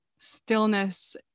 Stillness